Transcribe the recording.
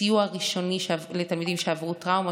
סיוע ראשוני לתלמידים שעברו טראומה,